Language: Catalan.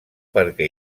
perquè